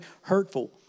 hurtful